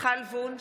מיכל וונש,